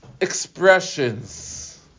expressions